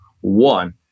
One